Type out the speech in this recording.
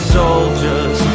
soldiers